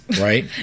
Right